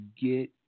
get